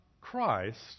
Christ